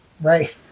right